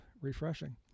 refreshing